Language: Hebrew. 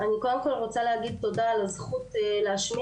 אני קודם כל רוצה להגיד תודה על הזכות להשמיע